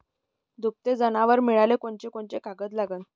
दुभते जनावरं मिळाले कोनकोनचे कागद लागन?